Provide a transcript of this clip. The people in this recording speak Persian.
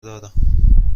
دارم